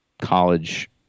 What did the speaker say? college